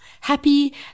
happy